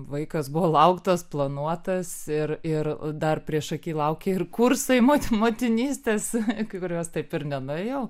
vaikas buvo lauktas planuotas ir ir dar priešaky laukė ir kursai mot motinystės kai kuriuos taip ir nenuėjau